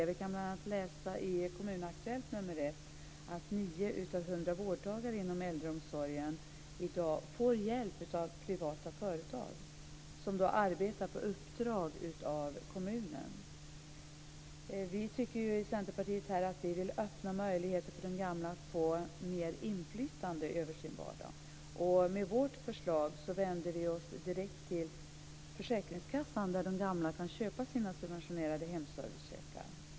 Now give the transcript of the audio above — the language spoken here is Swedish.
Vi kan bl.a. läsa i Kommun-Aktuellt nr 1 att 9 av 100 vårdtagare inom äldreomsorgen i dag får hjälp av privata företag som arbetar på uppdrag av kommunen. Vi i Centerpartiet vill öppna möjligheten för de gamla att få mer inflytande över sin vardag, och med vårt förslag vänder vi oss direkt till försäkringskassan, där de gamla kan köpa sina subventionerade hemservicecheckar.